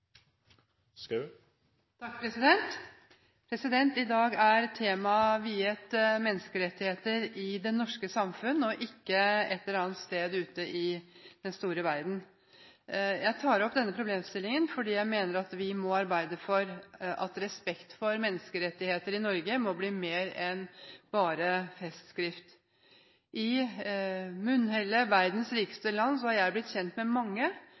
1 og 2. I dag er temaet viet menneskerettigheter i det norske samfunn, ikke et eller annet sted ute i den store verden. Jeg tar opp denne problemstillingen fordi jeg mener at vi må arbeide for at respekt for menneskerettigheter i Norge må bli mer enn bare festskrift. I munnhellet verdens rikeste land har jeg blitt kjent med mange,